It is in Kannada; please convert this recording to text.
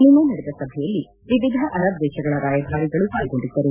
ನಿನ್ನೆ ನಡೆದ ಸಭೆಯಲ್ಲಿ ವಿವಿಧ ಅರಬ್ ದೇಶಗಳ ರಾಯಭಾರಿಗಳು ಪಾಲ್ಗೊಂಡಿದ್ದರು